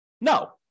No